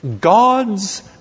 God's